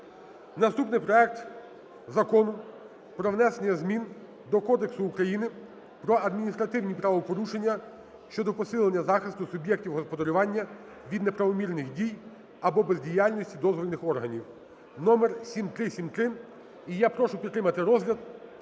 Наступний проект Закону про внесення змін до Кодексу України про адміністративні правопорушення щодо посилення захисту суб'єктів господарювання від неправомірних дій або бездіяльності дозвільних органів (№7373). І я прошу підтримати розгляд